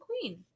queen